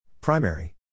Primary